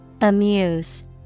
Amuse